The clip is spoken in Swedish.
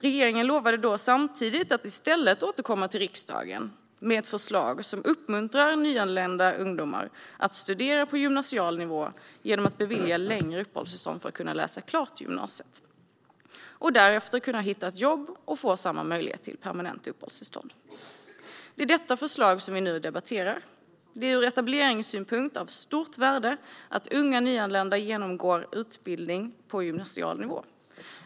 Regeringen lovade samtidigt att i stället återkomma till riksdagen med ett förslag som uppmuntrar nyanlända ungdomar att studera på gymnasial nivå genom att bevilja dem längre uppehållstillstånd för att kunna läsa klart gymnasiet. Därefter skulle de kunna hitta ett jobb och få samma möjlighet till permanent uppehållstillstånd. Det är detta förslag som vi nu debatterar. Ur etableringssynpunkt är det av stort värde att unga nyanlända genomgår utbildning på gymnasial nivå.